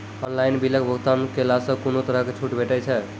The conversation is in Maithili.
ऑनलाइन बिलक भुगतान केलासॅ कुनू तरहक छूट भेटै छै?